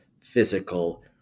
physical